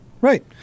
Right